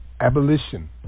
Abolition